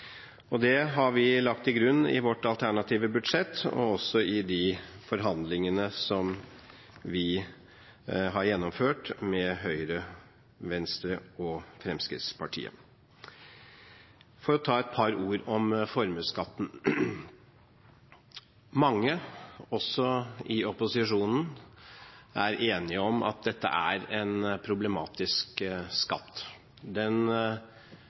folkehelse. Det har vi lagt til grunn i vårt alternative budsjett, og også i de forhandlingene som vi har gjennomført med Høyre, Venstre og Fremskrittspartiet. For å ta et par ord om formuesskatten: Mange, også i opposisjonen, er enige om at dette er en problematisk skatt. Den